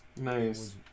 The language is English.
nice